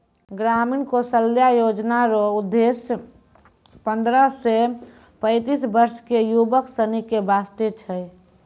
ग्रामीण कौशल्या योजना रो उद्देश्य पन्द्रह से पैंतीस वर्ष के युवक सनी के वास्ते छै